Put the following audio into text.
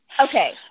Okay